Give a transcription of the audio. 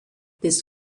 des